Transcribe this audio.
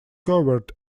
covert